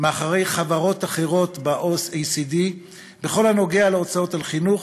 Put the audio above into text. מאחורי חברות אחרות ב-OECD בכל הקשור להוצאות על חינוך,